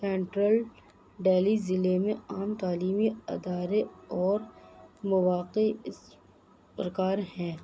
central Delhi ضلعے میں عام تعلیمی ادارے اور مواقع اِس پرکار ہیں